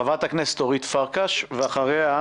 חברת הכנסת אורית פרקש ואחריה,